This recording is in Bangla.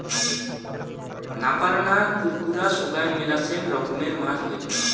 নাপার না, খুর খুরা সোগায় মেলাছেন রকমের মাছ হই